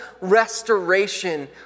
restoration